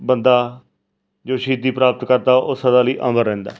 ਬੰਦਾ ਜੋ ਸ਼ਹੀਦੀ ਪ੍ਰਾਪਤ ਕਰਦਾ ਉਹ ਸਦਾ ਲਈ ਅਮਰ ਰਹਿੰਦਾ